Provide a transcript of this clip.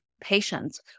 patients